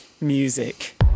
Music